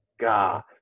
god